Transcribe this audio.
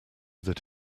that